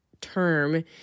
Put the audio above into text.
term